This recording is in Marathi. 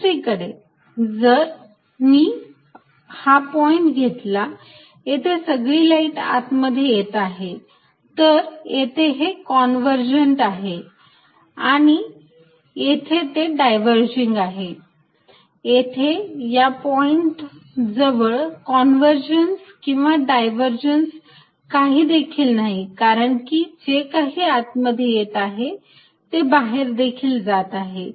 दुसरीकडे जर मी हा पॉईंट घेतला जेथे सगळी लाईट आत मध्ये येत आहे तर येथे हे कॉन्वर्झन्ट आहे आणि येथे ते डायव्हर्जिंग आहे येथे या पॉईंट जवळ कॉन्वजन्स किंवा डायव्हरजन्स काही देखील नाही कारण की जे काही आत मध्ये येत आहे ते बाहेर देखील जात आहे